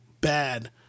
bad